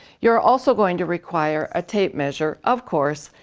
you're also going to require a tape measure, of course,